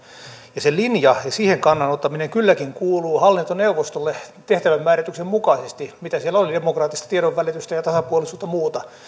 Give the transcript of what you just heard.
ja se linja ja siihen kannan ottaminen kylläkin kuuluu hallintoneuvostolle tehtävänmäärityksen mukaisesti mitä siellä on demokraattista tiedonvälitystä ja ja tasapuolisuutta ja muuta